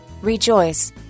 Rejoice